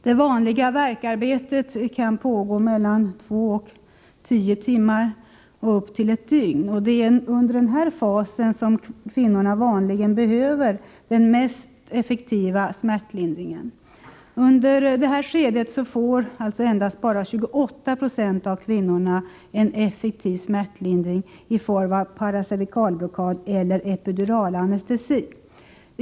Det vanliga värkarbetet kan pågå 2-10 timmar och upp till ett dygn. Det är under denna fas som kvinnorna vanligen behöver den mest effektiva smärtlindringen. Under detta skede får endast ca 28 96 av kvinnorna en effektiv smärtlindring i form av paracervikalblockad eller epiduralanestesi.